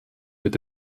mit